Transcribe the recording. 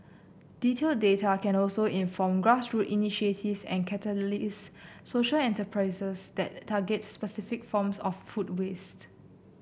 detailed data can also inform grassroots initiatives and catalyse social enterprises that target specific forms of food waste